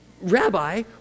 Rabbi